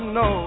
no